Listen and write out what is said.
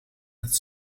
het